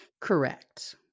Correct